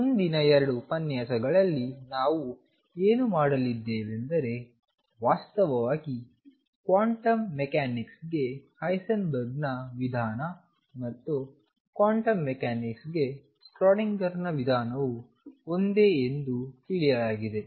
ಮುಂದಿನ 2 ಉಪನ್ಯಾಸಗಳಲ್ಲಿ ನಾವು ಏನು ಮಾಡಲಿದ್ದೇವೆಂದರೆ ವಾಸ್ತವವಾಗಿ ಕ್ವಾಂಟಮ್ ಮೆಕ್ಯಾನಿಕ್ಸ್ಗೆ ಹೈಸೆನ್ಬರ್ಗ್ನ ವಿಧಾನ ಮತ್ತು ಕ್ವಾಂಟಮ್ ಮೆಕ್ಯಾನಿಕ್ಸ್ಗೆ ಶ್ರೊಡಿಂಗರ್Schrödingerನ ವಿಧಾನವು ಒಂದೇ ಎಂದು ತಿಳಿಯಲಾಗಿದೆ